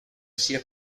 sia